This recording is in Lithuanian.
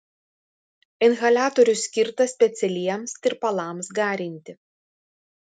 inhaliatorius skirtas specialiems tirpalams garinti